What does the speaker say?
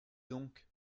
donc